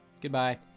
goodbye